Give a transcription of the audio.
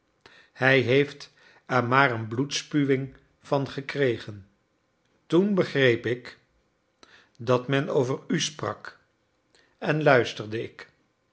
hij heeft er maar een bloedspuwing van gekregen toen begreep ik dat men over u sprak en luisterde ik